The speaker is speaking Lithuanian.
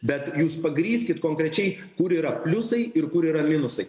bet jūs pagrįskit konkrečiai kur yra pliusai ir kur yra minusai